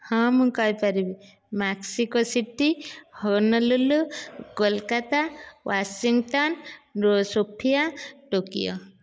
ହଁ ମୁଁ କହିପାରିବି Mexico City Honolulu Kolkata Washington Sofia Tokyo